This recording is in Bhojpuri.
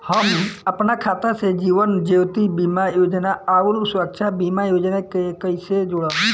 हम अपना खाता से जीवन ज्योति बीमा योजना आउर सुरक्षा बीमा योजना के कैसे जोड़म?